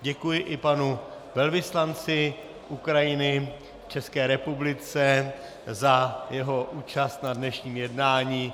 Děkuji i panu velvyslanci Ukrajiny v České republice za jeho účast na dnešním jednání.